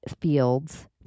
fields